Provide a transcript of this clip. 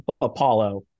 Apollo